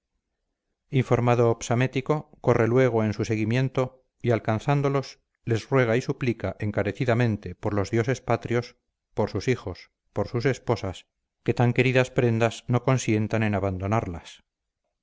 informado psamético corre luego en su seguimiento y alcanzándolos les ruega y suplica encarecidamente por los dioses patrios por sus hijos por sus esposas que tan queridas prendas no consientan en abandonarlas